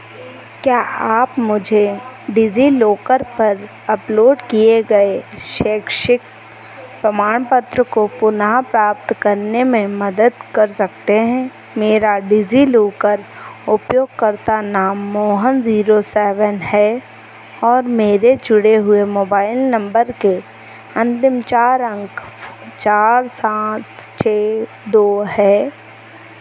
क्या आप मुझे डिज़ीलाॅकर पर अपलोड किए गए शैक्षिक प्रमाण पत्र को पुनः प्राप्त करने में मदद कर सकते हैं मेरा डिज़ीलाॅकर उपयोगकर्ता नाम मोहन ज़ीरो सेवेन है और मेरे जुड़े हुए मोबाइल नम्बर के अन्तिम चार अंक चार सात छः दो है